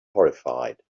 horrified